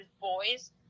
boys